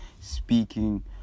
speaking